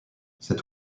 cet